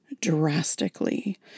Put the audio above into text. drastically